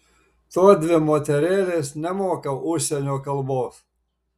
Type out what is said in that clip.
tuodvi moterėlės nemoka užsienio kalbos